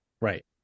Right